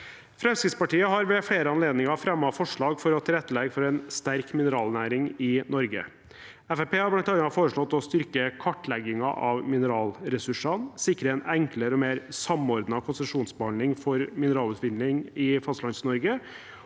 Fremskrittspartiet har ved flere anledninger fremmet forslag for å tilrettelegge for en sterk mineralnæring i Norge. Fremskrittspartiet har bl.a. foreslått å styrke kartleggingen av mineralressursene, sikre en enklere og mer samordnet konsesjonsbehandling for mineralutvinning i Fastlands-Norge